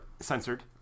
Censored